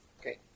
okay